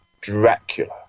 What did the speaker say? Dracula